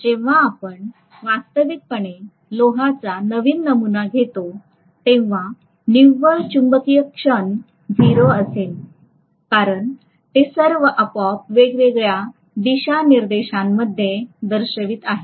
म्हणून जेव्हा आपण वास्तविकपणे लोहाचा नवीन नमुना घेता तेव्हा निव्वळ चुंबकीय क्षण 0 असेल कारण ते सर्व आपोआप वेगवेगळ्या दिशानिर्देशांमध्ये दर्शवित आहेत